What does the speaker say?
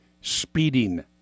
speeding